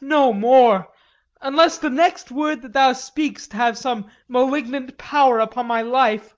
no more unless the next word that thou speak'st have some malignant power upon my life